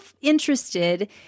interested